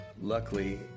Luckily